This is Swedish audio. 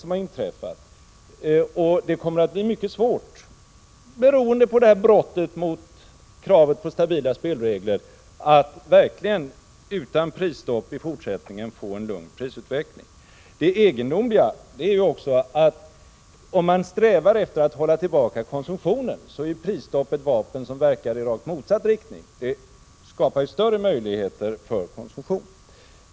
Det kommer verkligen att bli mycket svårt, beroende på detta brott mot kravet på stabila spelregler, att i fortsättningen utan prisstopp få en lugn prisutveckling. Det egendomliga är också att prisstoppet, i ett läge där man strävar efter att hålla tillbaka konsumtionen, är en åtgärd som verkar i rakt motsatt riktning, dvs. som skapar större möjligheter för konsumtion.